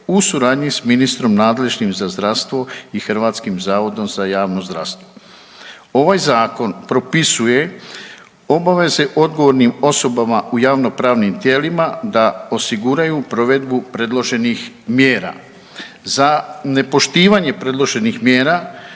u suradnji s ministrom nadležnim za zdravstvo i HZJZ-om. Ovaj zakon propisuje obaveze odgovornim osobama u javno pravnim tijelima da osiguraju provedbu predloženih mjera. Za nepoštivanje predloženih mjera